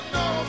no